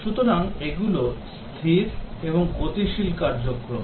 সুতরাং এগুলো স্থির এবং গতিশীল কার্যক্রম